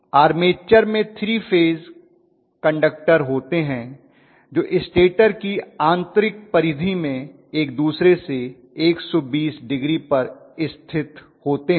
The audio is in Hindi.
आर्मेचर में 3 फेज कंडक्टर होते हैं जो स्टेटर की आंतरिक परिधि में एक दूसरे से 120 डिग्री पर स्थित होते हैं